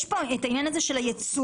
יש כאן את העניין הזה של הייצור.